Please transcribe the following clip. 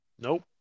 Nope